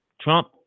Trump